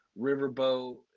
Riverboat